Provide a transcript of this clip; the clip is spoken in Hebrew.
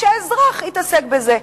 שהאזרח יתעסק בזה.